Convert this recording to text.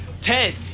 Ted